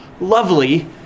lovely